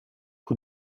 who